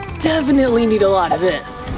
definitely need a lotta this.